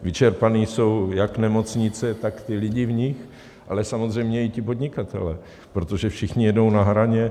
Vyčerpané jsou jak nemocnice, tak ti lidé v nich, ale samozřejmě i podnikatelé, protože všichni jedou na hraně.